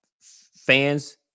Fans